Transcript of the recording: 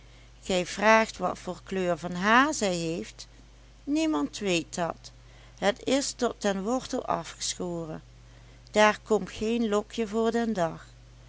gij vraagt wat voor kleur van haar zij heeft niemand weet dat het is tot den wortel afgeschoren daar komt geen lokje voor den dag